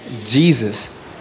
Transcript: Jesus